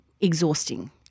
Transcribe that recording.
exhausting